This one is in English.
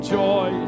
joy